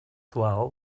swell